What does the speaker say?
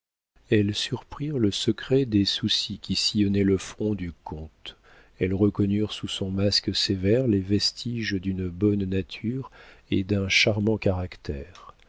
elles surprirent le secret des soucis qui sillonnaient le front du comte elles reconnurent sous son masque sévère les vestiges d'une bonne nature et d'un charmant caractère